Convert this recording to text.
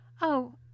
Oh